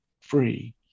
free